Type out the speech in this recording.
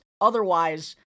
Otherwise